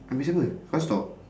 habis apa kau stop